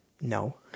No